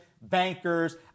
bankers